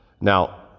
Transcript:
Now